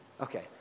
Okay